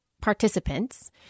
participants